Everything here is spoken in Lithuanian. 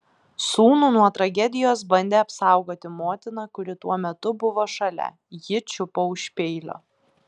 sūnų nuo tragedijos bandė apsaugoti motina kuri tuo metu buvo šalia ji čiupo už peilio